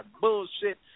Bullshit